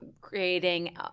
creating –